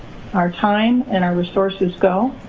our time, and our resources go.